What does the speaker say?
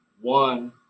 one